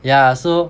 yeah so